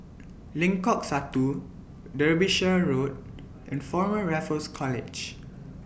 Lengkok Satu Derbyshire Road and Former Raffles College